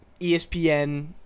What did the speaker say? ESPN